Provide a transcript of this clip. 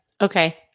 Okay